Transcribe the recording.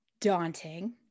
daunting